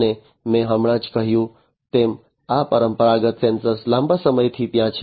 અને મેં હમણાં જ કહ્યું તેમ આ પરંપરાગત સેન્સર લાંબા સમયથી ત્યાં છે